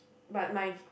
but my